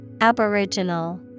Aboriginal